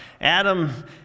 Adam